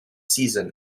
season